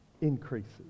increases